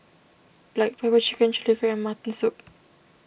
Black Pepper Chicken Chili Crab and Mutton Soup